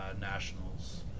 nationals